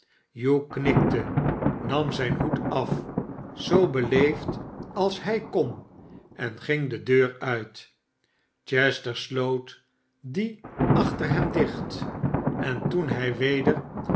hugh knikte nam zijn hoed af zoo beleefd als hij kon en ging de deur uit chester sloot die achter hem dicht en toen hij weder